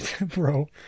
Bro